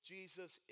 Jesus